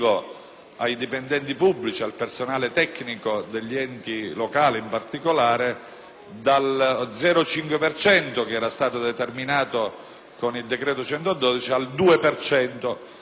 ai dipendenti pubblici, al personale tecnico degli enti locali in particolare, dallo 0,5 per cento che era stato determinato con il decreto-legge n.